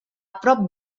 prop